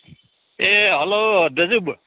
ए hello दाजु